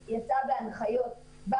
הסתייגות מאוד קטנה,